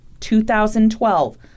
2012